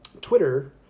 Twitter